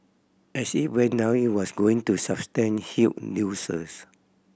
as it went down it was going to sustain huge losses